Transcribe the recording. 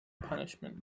punishment